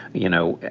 you know,